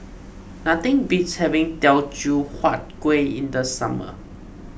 nothing beats having Teochew Huat Kueh in the summer